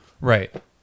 Right